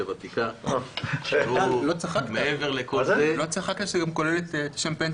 זה יותר סביר.